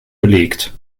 belegt